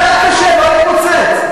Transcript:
אתה יודע מה ההבדל.